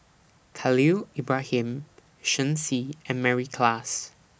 Khalil Ibrahim Shen Xi and Mary Klass